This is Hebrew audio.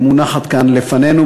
היושבת-ראש,